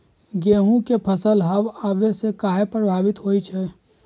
गेंहू के फसल हव आने से काहे पभवित होई छई?